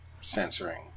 censoring